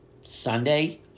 Sunday